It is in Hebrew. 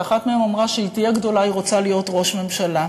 ואחת מהן אמרה שכשהיא תהיה גדולה היא רוצה להיות ראש ממשלה.